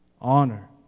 Honor